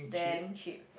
damn cheap